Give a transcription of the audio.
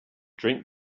drink